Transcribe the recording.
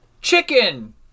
Chicken